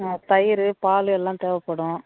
ஆ தயிர் பால் எல்லாம் தேவைப்படும்